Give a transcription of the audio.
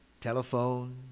telephone